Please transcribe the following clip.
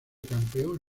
campeón